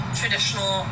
traditional